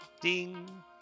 Ding